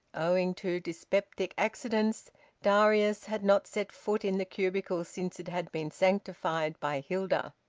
owing to dyspeptic accidents darius had not set foot in the cubicle since it had been sanctified by hilda.